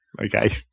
okay